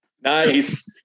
Nice